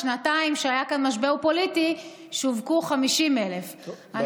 בשנתיים שהיה כאן משבר פוליטי שֻׁווקו 50,000. טוב,